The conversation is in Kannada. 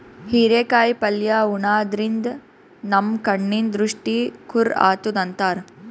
ಹಿರೇಕಾಯಿ ಪಲ್ಯ ಉಣಾದ್ರಿನ್ದ ನಮ್ ಕಣ್ಣಿನ್ ದೃಷ್ಟಿ ಖುರ್ ಆತದ್ ಅಂತಾರ್